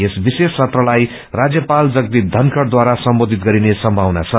यस विशेष सत्रलाई राज्यपाल जगदीप धनखड़ द्वारा सम्बोधित गरिने सम्बावना छ